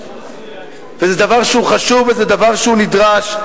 וזה דבר שהוא נדרש,